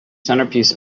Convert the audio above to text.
centrepiece